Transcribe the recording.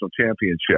championship